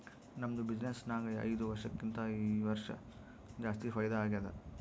ನಮ್ದು ಬಿಸಿನ್ನೆಸ್ ನಾಗ್ ಐಯ್ದ ವರ್ಷಕ್ಕಿಂತಾ ಈ ವರ್ಷ ಜಾಸ್ತಿ ಫೈದಾ ಆಗ್ಯಾದ್